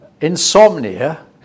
insomnia